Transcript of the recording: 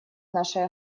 нашей